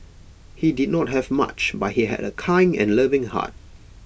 he did not have much but he had A kind and loving heart